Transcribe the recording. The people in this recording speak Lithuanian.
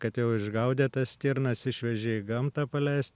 kad jau išgaudė tas stirnas išvežė į gamtą paleist